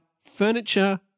furniture